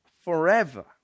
forever